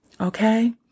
Okay